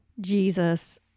Jesus